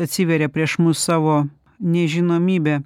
atsiveria prieš mus savo nežinomybe